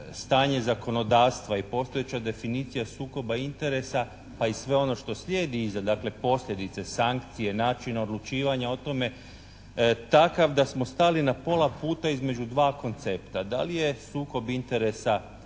stanje zakonodavstva i postojeća definicija sukoba interesa pa i sve ono što sljedi iza, dakle posljedice, sankcije, načina odlučivanja o tome je takav da smo stali na pola puta između 2 koncepta. Da li je sukob interesa